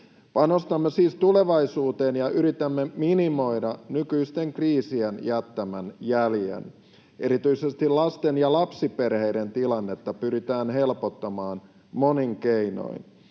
Panostamme siis tulevaisuuteen ja yritämme minimoida nykyisten kriisien jättämän jäljen. Erityisesti lasten ja lapsiperheiden tilannetta pyritään helpottamaan monin keinoin.